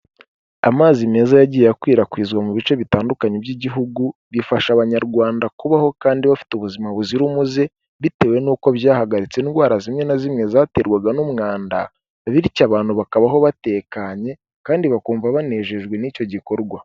Amazi meza yagiye akwirakwizwa mu bice bitandukanye by'igihugu bifasha Abanyarwanda kubaho kandi bafite ubuzima buzira umuze bitewe n'uko byahagaritse indwara zimwe na zimwe zaterwaga n'umwanda, bityo abantu bakabaho batekanye kandi bakumva banejejwe n'icyo gikorwa.